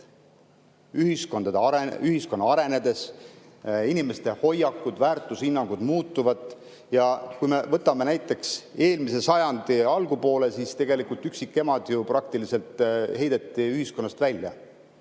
ühiskonna arenedes inimeste hoiakud, väärtushinnangud muutuvad. Kui me võtame näiteks eelmise sajandi alguspoole, siis tegelikult üksikemad ju praktiliselt heideti ühiskonnast välja.